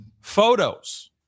photos